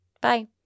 Bye